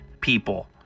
people